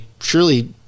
surely